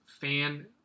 fan